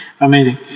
Amazing